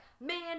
man